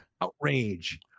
outrage